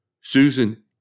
Susan